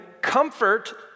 comfort